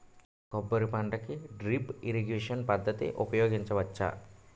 కొబ్బరి పంట కి డ్రిప్ ఇరిగేషన్ పద్ధతి ఉపయగించవచ్చా?